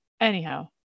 Anyhow